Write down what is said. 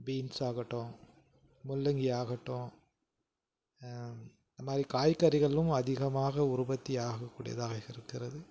beans ஆகட்டும் முள்ளங்கி ஆகட்டும் இந்த மாதிரி காய்கறிகளும் அதிகமாக உற்பத்தி ஆகக்கூடியதாக இருக்கிறது